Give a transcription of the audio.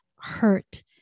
hurt